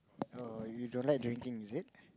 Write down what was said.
oh you don't like drinking is it